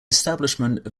establishment